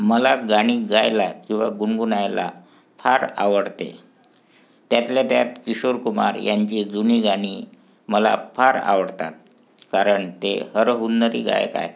मला गाणी गायला किंवा गुणगुणायला फार आवडते त्यातल्या त्यात किशोर कुमार यांची जुनी गाणी मला फार आवडतात कारण ते हरहुन्नरी गायक आहेत